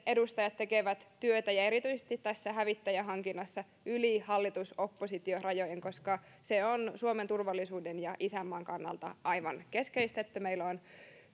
edustajat tekevät työtä ja erityisesti tässä hävittäjähankinnassa yli hallitus oppositio rajojen koska se on suomen turvallisuuden ja isänmaan kannalta aivan keskeistä että meillä on